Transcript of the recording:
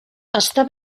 està